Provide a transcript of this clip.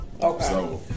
Okay